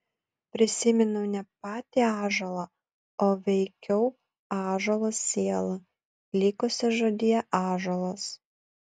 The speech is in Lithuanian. prisimenu ne patį ąžuolą o veikiau ąžuolo sielą likusią žodyje ąžuolas